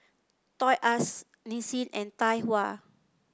Toys R Us Nissin and Tai Hua